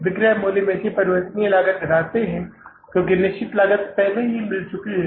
विक्रय मूल्य में से परिवर्तनीय लागत घटाते है क्योंकि निश्चित लागत पहले ही मिल चुकी है